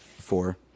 Four